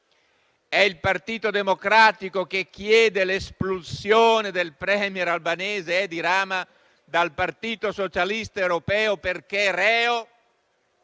è il Partito Democratico che chiede l'espulsione del *premier* albanese Edi Rama dal Partito socialista europeo perché reo